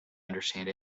understand